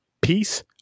Peace